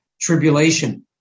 tribulation